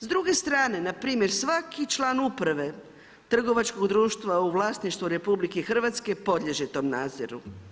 S druge strane npr. svaki član uprave trgovačkog društva u vlasništvu RH podliježe tom nadzoru.